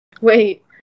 Wait